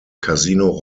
casino